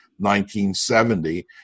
1970